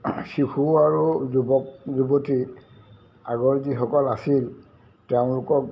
শিশু আৰু যুৱক যুৱতী আগৰ যিসকল আছিল তেওঁলোকক